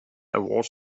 awards